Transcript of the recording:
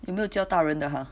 有没有教大人的啊